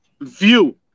view